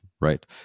right